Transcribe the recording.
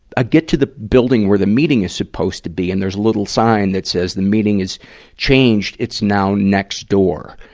i get to the building where the meeting is supposed to be, and there's a little sign that says the meeting is changed it's now next door.